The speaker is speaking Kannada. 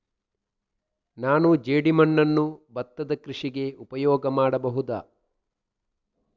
ನಾನು ಜೇಡಿಮಣ್ಣನ್ನು ಭತ್ತದ ಕೃಷಿಗೆ ಉಪಯೋಗ ಮಾಡಬಹುದಾ?